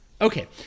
Okay